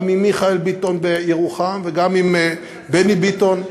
גם עם מיכאל ביטון בירוחם וגם עם בני ביטון,